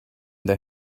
they